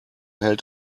hält